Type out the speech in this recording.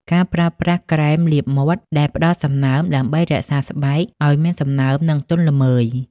ការប្រើប្រាស់ក្រែមលាបមាត់ដែលផ្តល់សំណើមដើម្បីរក្សាស្បែកឱ្យមានសំណើម និងទន់ល្មើយ ។